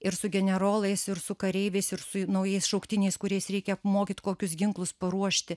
ir su generolais ir su kareiviais ir su naujais šauktiniais kuriais reikia apmokyt kokius ginklus paruošti